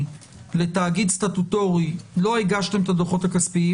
לתאגיד סטטוטורי: לא הגשתם את הדוחות הכספיים,